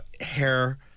hair